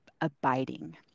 abiding